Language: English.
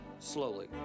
Slowly